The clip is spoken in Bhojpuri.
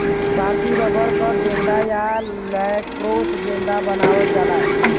भारतीय रबर क गेंदा या लैक्रोस गेंदा बनावल जाला